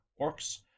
orcs